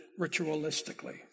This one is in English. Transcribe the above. ritualistically